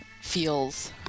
feels